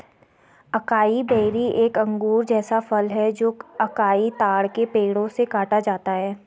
acai berry एक अंगूर जैसा फल है जो अकाई ताड़ के पेड़ों से काटा जाता है